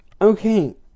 okay